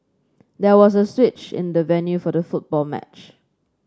there was a switch in the venue for the football match